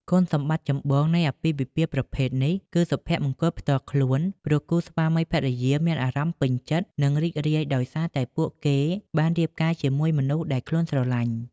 គុណសម្បត្តិចម្បងនៃអាពាហ៍ពិពាហ៍ប្រភេទនេះ គឺសុភមង្គលផ្ទាល់ខ្លួន ព្រោះគូស្វាមីភរិយាមានអារម្មណ៍ពេញចិត្ត និងរីករាយដោយសារតែពួកគេបានរៀបការជាមួយមនុស្សដែលខ្លួនស្រលាញ់។